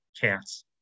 cats